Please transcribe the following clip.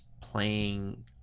playing